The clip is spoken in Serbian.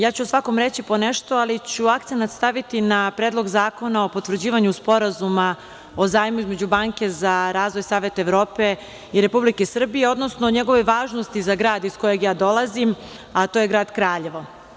Ja ću o svakom reći po nešto, ali ću akcenat staviti na Predlog zakona o potvrđivanju Sporazuma o zajmu između Banke za razvoj Saveta Evrope i Republike Srbije, odnosno o njegovoj važnosti za grad iz kojeg ja dolazim, a to je Grad Kraljevo.